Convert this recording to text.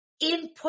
input